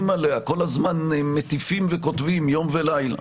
עליה כל הזמן מטיפים וכותבים יום ולילה.